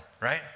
right